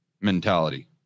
mentality